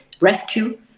rescue